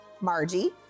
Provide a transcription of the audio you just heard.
Margie